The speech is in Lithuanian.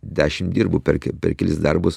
dešim dirbu per per kelis darbus